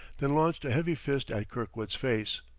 then launched a heavy fist at kirkwood's face.